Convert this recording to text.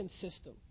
system